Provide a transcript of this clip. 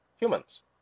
Humans